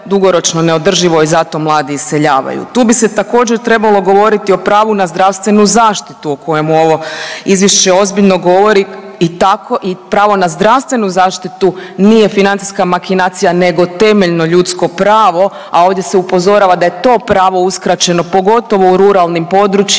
dugoročno neodrživo i zato mladi iseljavaju. Tu bi se također trebalo govoriti o pravu na zdravstvenu zaštitu o kojemu ovo izvješće ozbiljno govori i tako i pravo na zdravstvenu zaštitu nije financijska makinacija nego temeljno ljudsko pravo, a ovdje se upozorava da je to pravo uskraćeno pogotovo u ruralnim područjima,